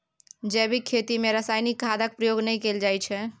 जैबिक खेती मे रासायनिक खादक प्रयोग नहि कएल जाइ छै